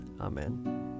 Amen